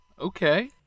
Okay